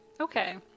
okay